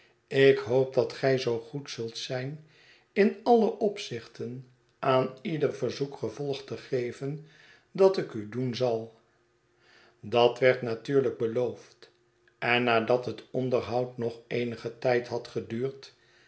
ik hoop dat gij zoo goed zult zijn in alle opzichten aan ieder verzoek gevolg te geven dat ik u doen zal dat werd natuurlijk beloofd en nadat het onderhoud nog eenigen tijd had geduurd